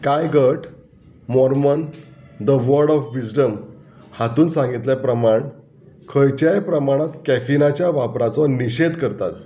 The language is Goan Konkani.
काय गट Mormon the word of wisdom हातूंत सांगिल्ले प्रमाण खंयच्याय प्रमाणांत कॅफिनाच्या वापराचो निशेध करतात